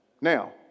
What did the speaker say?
Now